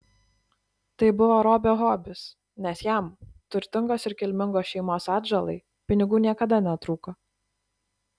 tai buvo robio hobis nes jam turtingos ir kilmingos šeimos atžalai pinigų niekada netrūko